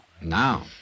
Now